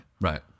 Right